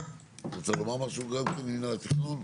אתה רוצה לומר משהו גם כן מנהל התכנון?